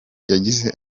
yagize